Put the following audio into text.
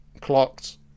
clocked